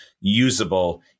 usable